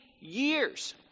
years